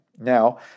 Now